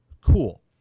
Cool